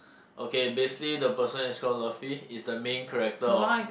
okay basically the person is called Luffy is the main character of